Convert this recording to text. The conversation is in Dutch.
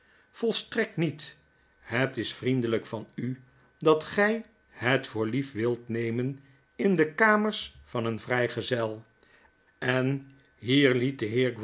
volstrekt niet het is vriendelijk van u dat gy het voor lief wilt nemen in de kamers van een vrygezel en hier liet de